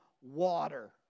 water